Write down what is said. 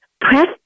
press